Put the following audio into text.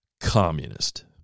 communist